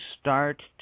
start